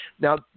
Now